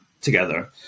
together